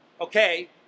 okay